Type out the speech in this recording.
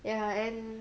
ya and